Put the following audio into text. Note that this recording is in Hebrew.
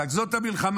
זאת המלחמה.